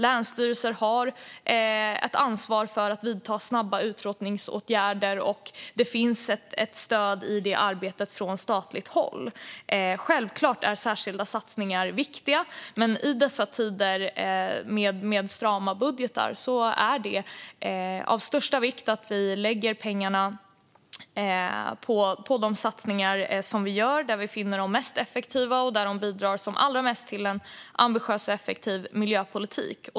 Länsstyrelser har ett ansvar för att vidta snabba utrotningsåtgärder, och det finns ett stöd i det arbetet från statligt håll. Självklart är särskilda satsningar viktiga. Men i dessa tider med strama budgetar är det av största vikt att vi lägger pengarna på de satsningar vi gör. Det är där vi finner dem mest effektiva och där de bidrar allra mest till en ambitiös och effektiv miljöpolitik.